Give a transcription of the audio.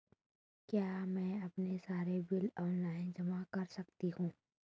क्या मैं अपने सारे बिल ऑनलाइन जमा कर सकती हूँ?